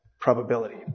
probability